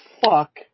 fuck